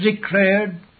declared